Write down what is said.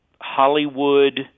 Hollywood